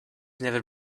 never